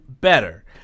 better